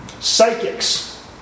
psychics